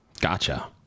Gotcha